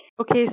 Okay